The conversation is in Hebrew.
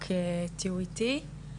רק תהיו איתי.